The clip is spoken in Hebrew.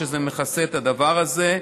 שזה מכסה את הדבר הזה.